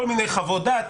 כל מני חוות דעת.